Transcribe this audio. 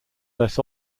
less